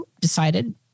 decided